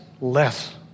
less